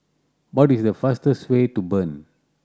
what is the fastest way to Bern